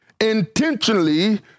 intentionally